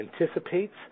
anticipates